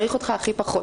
צריך אותך הכי פחות.